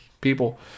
people